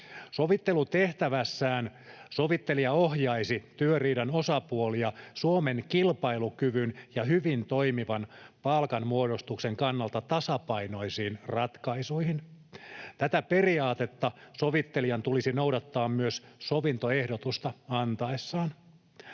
Sovittelutehtävässään sovittelija ohjaisi työriidan osapuolia Suomen kilpailukyvyn ja hyvin toimivan palkanmuodostuksen kannalta tasapainoisiin ratkaisuihin. Tätä periaatetta sovittelijan tulisi noudattaa myös sovintoehdotusta antaessaan.